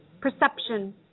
perception